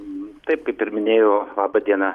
taip kaip ir minėjo laba diena